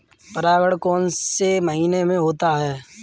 परागण कौन से महीने में होता है?